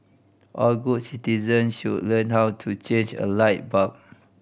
all good citizen should learn how to change a light bulb